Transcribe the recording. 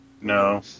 No